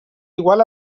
igual